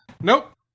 Nope